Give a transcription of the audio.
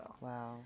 Wow